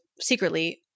secretly